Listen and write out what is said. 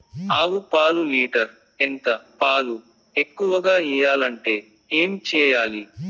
ఆవు పాలు లీటర్ ఎంత? పాలు ఎక్కువగా ఇయ్యాలంటే ఏం చేయాలి?